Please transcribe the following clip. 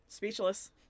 Speechless